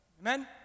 Amen